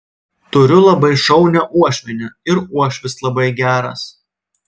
turiu labai šaunią uošvienę ir uošvis labai geras